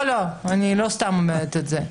לא סתם אני אומרת את זה.